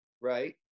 right